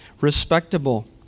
respectable